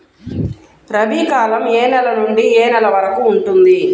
రబీ కాలం ఏ నెల నుండి ఏ నెల వరకు ఉంటుంది?